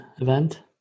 event